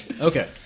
Okay